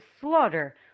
slaughter